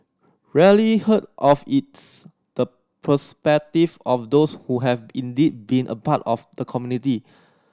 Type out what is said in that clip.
rarely heard of its the perspective of those who have indeed been a part of the community